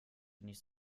nicht